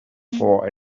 for